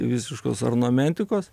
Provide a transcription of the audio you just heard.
visiškos ornamentikos